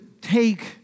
take